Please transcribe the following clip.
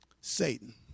Satan